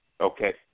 Okay